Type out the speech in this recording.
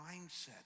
mindset